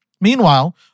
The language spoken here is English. Meanwhile